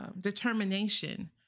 determination